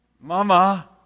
Mama